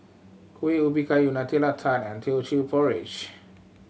Kueh Ubi Kayu Nutella Tart and Teochew Porridge